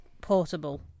portable